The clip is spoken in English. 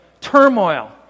turmoil